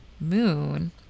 moon